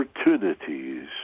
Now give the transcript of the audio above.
opportunities